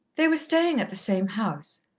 they were staying at the same house.